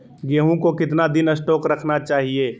गेंहू को कितना दिन स्टोक रखना चाइए?